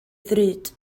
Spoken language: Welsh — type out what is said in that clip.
ddrud